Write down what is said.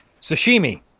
Sashimi